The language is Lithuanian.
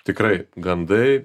tikrai gandai